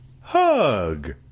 Hug